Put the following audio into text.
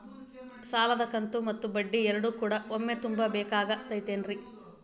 ಸಾಲದ ಕಂತು ಮತ್ತ ಬಡ್ಡಿ ಎರಡು ಕೂಡ ಒಮ್ಮೆ ತುಂಬ ಬೇಕಾಗ್ ತೈತೇನ್ರಿ?